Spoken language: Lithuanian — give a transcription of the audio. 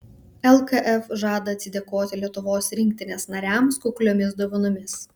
lkf žada atsidėkoti lietuvos rinktinės nariams kukliomis dovanomis